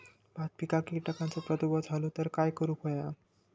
भात पिकांक कीटकांचो प्रादुर्भाव झालो तर काय करूक होया?